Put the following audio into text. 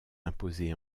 imposés